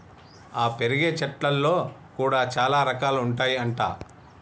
ఆ పెరిగే చెట్లల్లో కూడా చాల రకాలు ఉంటాయి అంట